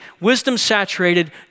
wisdom-saturated